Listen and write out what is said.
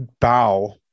bow